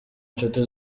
nshuti